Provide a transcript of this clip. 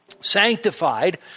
sanctified